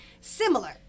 Similar